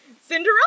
Cinderella